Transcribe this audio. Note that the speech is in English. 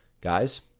Guys